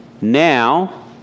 now